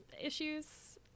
issues